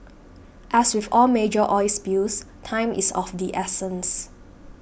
as with all major oil spills time is of the essence